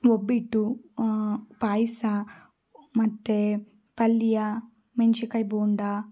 ಒಬ್ಬಟ್ಟು ಪಾಯಸ ಮತ್ತು ಪಲ್ಯ ಮೆನ್ಶಿಕಾಯಿ ಬೋಂಡಾ